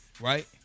right